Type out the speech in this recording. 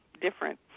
different